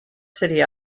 city